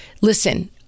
listen